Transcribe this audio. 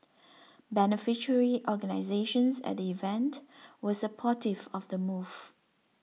beneficiary organisations at the event were supportive of the move